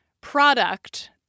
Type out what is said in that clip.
product